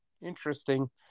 interesting